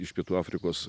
iš pietų afrikos